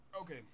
Okay